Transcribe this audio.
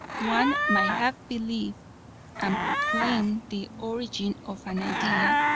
one might have believed and proclaimed the origin of an idea,